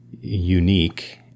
unique